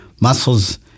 muscles